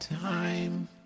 time